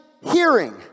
hearing